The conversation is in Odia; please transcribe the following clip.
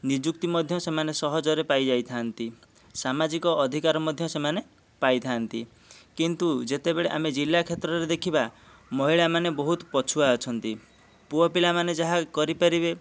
ନିଯୁକ୍ତି ମଧ୍ୟ ସେମାନେ ସହଜରେ ପାଇ ଯାଇଥାନ୍ତି ସାମାଜିକ ଅଧିକାର ମଧ୍ୟ ସେମାନେ ପାଇଥାନ୍ତି କିନ୍ତୁ ଯେତେବେଳେ ଆମେ ଜିଲ୍ଲା କ୍ଷେତ୍ରରେ ଦେଖିବା ମହିଳାମାନେ ବହୁତ ପଛୁଆ ଅଛନ୍ତି ପୁଅ ପିଲାମାନେ ଯାହା କରିପାରିବେ